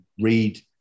read